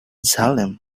salem